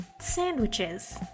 sandwiches